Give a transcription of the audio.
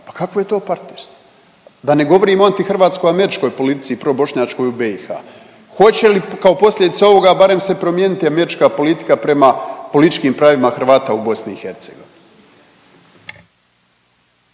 Pa kakvo je to partnerstvo? Da ne govorim o hrvatsko američkoj politici probošnjačkog u BIH. Hoće li kao posljedica ovoga barem se promijeniti američka politika prema političkim pravima Hrvata u BIH?